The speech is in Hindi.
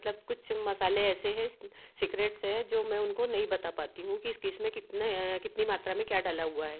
मतलब कुछ मसाले ऐसे हैं सीक्रेट्स हैं जो मैं उनको नहीं बता पाती हूँ किस किस में कितने कितनी मात्रा में क्या डाला हुआ है